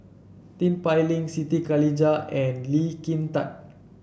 Tin Pei Ling Siti Khalijah and Lee Kin Tat